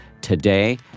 today